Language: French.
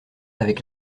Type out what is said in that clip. avec